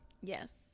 Yes